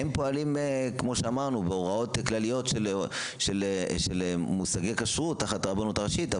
הם פועלים בהוראות כלליות של מושגי כשרות תחת הרבנות הראשית.